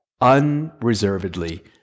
unreservedly